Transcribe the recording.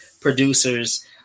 Producers